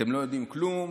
אתם לא יודעים כלום,